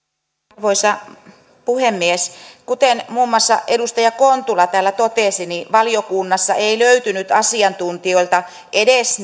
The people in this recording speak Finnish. arvoisa puhemies kuten muun muassa edustaja kontula täällä totesi valiokunnassa ei löytynyt asiantuntijoilta edes